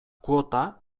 kuota